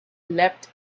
leapt